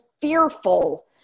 fearful